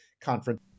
Conference